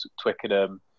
Twickenham